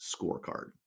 scorecard